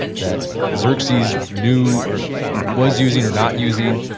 that xerxes knew or was using or not using?